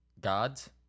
gods